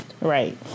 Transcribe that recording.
right